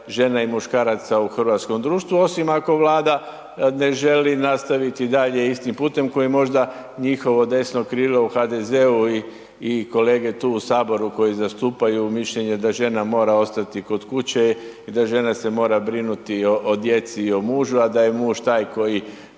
žena i muškaraca u hrvatskom društvu osim ako Vlada ne želi nastaviti i dalje istim putem koji možda njihovo desno krilo u HDZ-u i kolege tu u Saboru koji zastupaju mišljenje da žena mora ostati kod kuće i da žena se mora brinuti o djeci i o mužu a da je muž taj koji